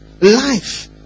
Life